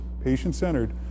patient-centered